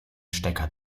stecker